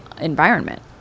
environment